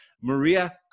Maria